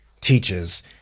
teaches